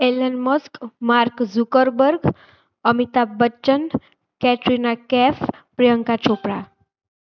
Allan Musk Mark Zuckerberg Amitabh Bachchan Katrina Kaif Priyanka Chopra